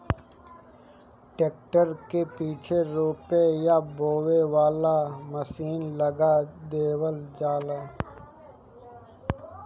tractor के पीछे रोपे या बोवे वाला मशीन लगा देवल जाला